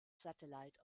satellite